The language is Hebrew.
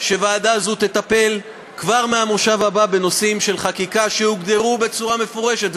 שוועדה זו תטפל כבר מהמושב הבא בנושאים של חקיקה שהוגדרו בצורה מפורשת,